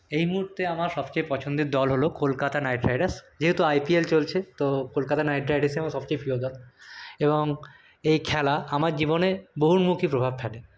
এই মুহূর্তে আমার সবচেয়ে পছন্দের দল হল কলকাতা নাইট রাইডার্স যেহেতু আইপিএল চলছে তো কলকাতা নাইট রাইডার্সই আমার সবচেয়ে প্রিয় দল এবং এই খেলা আমার জীবনে বহুমূখী প্রভাব ফেলে